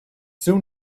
soon